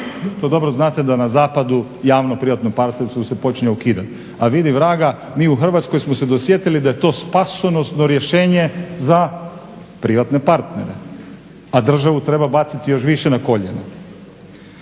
To dobro znate da na zapadu javno privatno partnerstvo se počinje ukidati, a vidi vraga mi u Hrvatskoj smo se dosjetili da je to spasonosno rješenje za privatne partnere, a državu treba baciti još više na koljena.